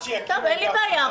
אין לי בעיה.